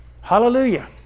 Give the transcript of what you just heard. Hallelujah